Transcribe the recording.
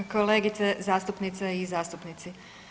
Kolegice zastupnice i zastupnici.